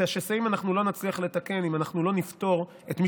את השסעים אנחנו לא נצליח לתקן אם אנחנו לא נפתור את מי